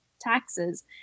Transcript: taxes